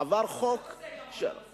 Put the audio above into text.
עבר חוק, בנושא